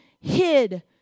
hid